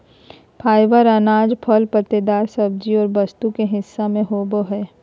fibre अनाज, फल पत्तेदार सब्जी और वस्तु के हिस्सा में होबो हइ